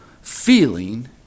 feeling